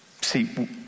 see